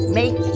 make